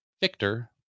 Victor